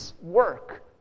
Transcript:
work